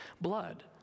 blood